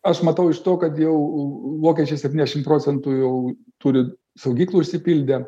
aš matau iš to kad jau vokiečiai septyniasdešim procentų jau turi saugyklų užsipildę